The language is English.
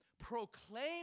proclaim